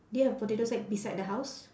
do you have potato sack beside the house